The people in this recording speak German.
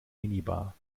minibar